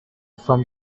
from